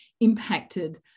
impacted